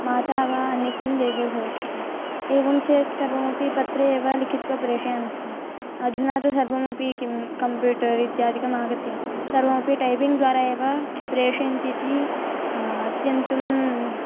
माता वा अन्यस्मिन् देशे भवति स्म एवं च सर्वमपि पत्रेव लिखित्वा प्रेषयामि स्म अधुना तु सर्वमपि किं कंप्यूटर् इत्यादिकम् आगत्य सर्वमपि टैपिङ्ग्द्वारा एव प्रेषयन्तीति अत्यन्तम्